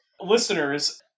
listeners